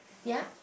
ya